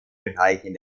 bereichen